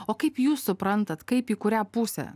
o kaip jūs suprantat kaip į kurią pusę